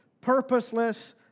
purposeless